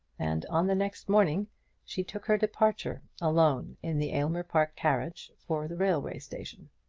and on the next morning she took her departure alone in the aylmer park carriage for the railway station.